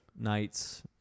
nights